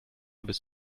bis